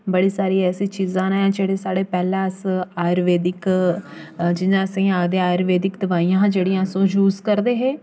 बड़ी सारी ऐसियां चीजां न जेह्ड़ी साढ़ी पैह्लें अस आयुर्वैदिक जि'यां असें ई आखदे आयुर्वैदिक दोआइयां हियां जेह्ड़ियां अस ओह् यूज करदे हे